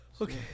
Okay